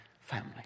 family